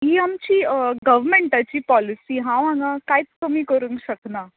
ही आमची गोवर्नमॅन्टाची पोलिसी हांव हांगा कांयच कमी करूंक शकना